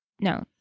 No